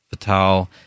Fatal